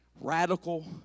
radical